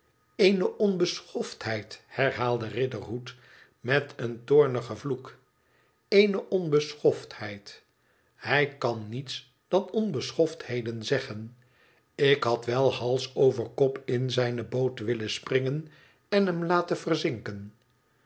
eene onbeschoftheid herhaalde riderhood met een toomigen vloek eene onbeschoftheid hij kan niets dan onbeschoftheden zeggen ik had wel hals over kop in zijne boot willen springen en hem laten verzinken